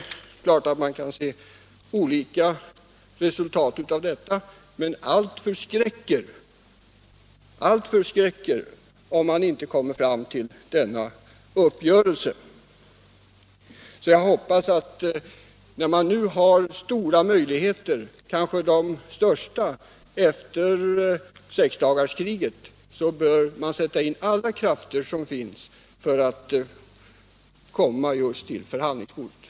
Självfallet kan man se olika resultat av detta, men en sådan lösning kan inte framstå som annat än förskräckande. Jag hoppas därför att man i nuvarande läge, när man har de kanske största möjligheterna efter sexdagarskriget, kommer att sätta in alla krafter för att komma fram till en uppgörelse vid förhandlingsbordet.